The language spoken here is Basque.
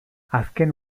azken